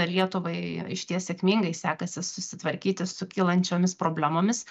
lietuvai išties sėkmingai sekasi susitvarkyti su kylančiomis problemomis